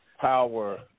power